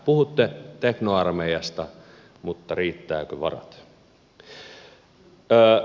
puhutte teknoarmeijasta mutta riittävätkö varat